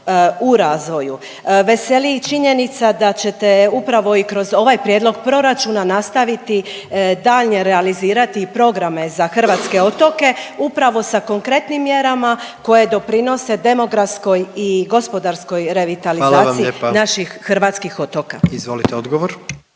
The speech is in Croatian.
u razvoju. Veseli i činjenica da ćete upravo i kroz ovaj prijedlog proračuna nastaviti daljnje realizirati i programe za hrvatske otoke upravo sa konkretnim mjerama koje doprinose demografskoj i gospodarskoj revitalizaciji … …/Upadica predsjednik: